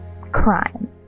crime